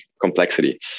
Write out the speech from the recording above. complexity